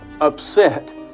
upset